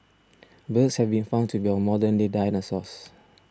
birds have been found to be our modern day dinosaurs